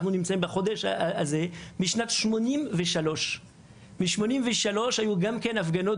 בשנת 1983. בשנת 1983 היו הפגנות